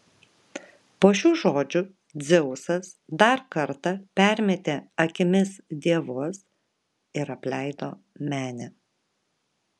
po šių žodžių dzeusas dar kartą permetė akimis dievus ir apleido menę